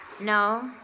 No